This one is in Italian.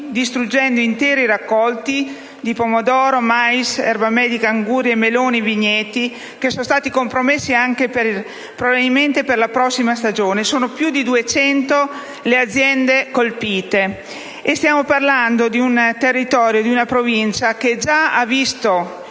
distruggendo interi raccolti di pomodoro, mais, erba medica, anguria, melone e vigneti, che sono stati compromessi probabilmente anche per la prossima stagione. Sono più di 200 le aziende colpite. Stiamo parlando di un territorio e di una provincia che già hanno